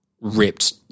ripped